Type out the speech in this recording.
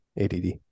ADD